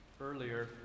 earlier